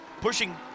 pushing